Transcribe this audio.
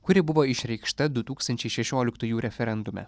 kuri buvo išreikšta du tūkstančiai šešioliktųjų referendume